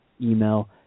email